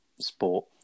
sport